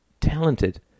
talented